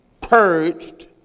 purged